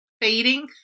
fading